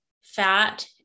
fat